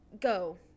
go